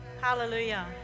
hallelujah